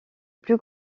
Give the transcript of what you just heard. plus